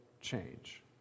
change